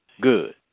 good